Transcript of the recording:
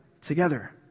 Together